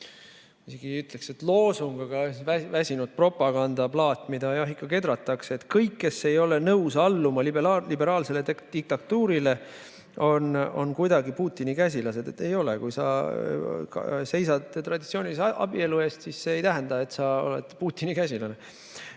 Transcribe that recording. ma isegi ei ütleks, et loosung, aga propagandaplaat, mida ikka kedratakse, et kõik, kes ei ole nõus alluma liberaalsele diktatuurile, on kuidagi Putini käsilased. Ei ole. Kui sa seisad traditsioonilise abielu eest, siis see ei tähenda, et sa oled Putini käsilane.